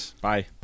Bye